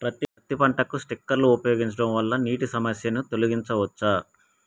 పత్తి పంటకు స్ప్రింక్లర్లు ఉపయోగించడం వల్ల నీటి సమస్యను తొలగించవచ్చా?